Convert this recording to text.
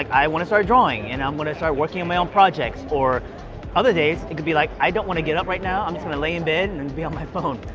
i wanna start drawing and i'm gonna start working on my own projects. or other days, it could be like, i don't wanna get up right now. i'm just gonna lay in bed and and be on my phone.